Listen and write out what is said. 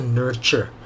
nurture